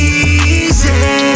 easy